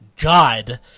God